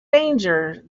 danger